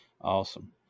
Awesome